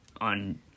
On